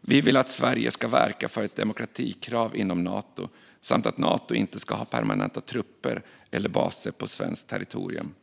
Vi vill att Sverige ska verka för ett demokratikrav inom Nato samt att Nato inte ska ha permanenta trupper eller baser på svenskt territorium.